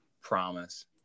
promise